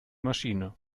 maschine